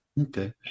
Okay